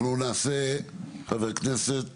עכשיו חברת הכנסת